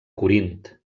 corint